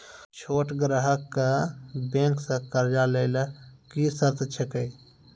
छोट ग्राहक कअ बैंक सऽ कर्ज लेवाक लेल की सर्त अछि?